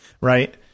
right